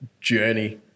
journey